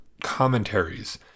commentaries